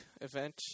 event